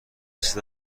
صدا